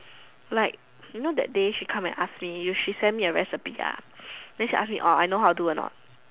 like you know that day she come and ask me she send a recipe then she ask me I know how to do a not